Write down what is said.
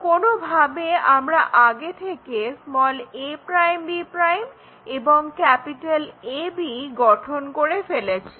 কোনোভাবে আমরা আগে থেকে a'b' এবং AB গঠন করে ফেলেছি